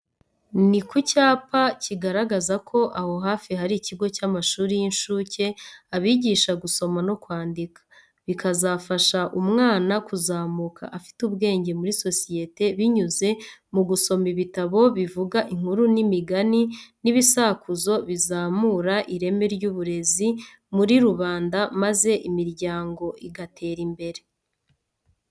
Ni ku cyapa kigaragaza ko aho hafi hari ikigo cy'amashuri y'inshuke abigisha gusoma no kwandika, bikazafasha umwana kuzamuka afite ubwenge muri sosiyete binyuze mu gusoma ibitabo bivuga inkuru n'imigani n'ibisakuzo bizamura ireme ry'ubureze muri rubanda maze imiryango igatera imbere.